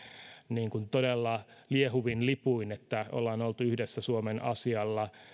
niin kuin todella liehuvin lipuin ja ollaan oltu yhdessä suomen asialla